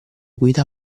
guida